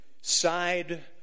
side